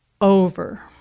over